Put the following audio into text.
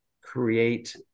create